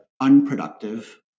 unproductive